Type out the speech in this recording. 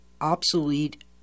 obsolete